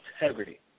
integrity